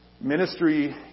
ministry